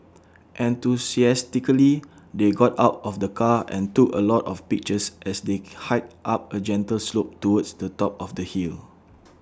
enthusiastically they got out of the car and took A lot of pictures as they hiked up A gentle slope towards the top of the hill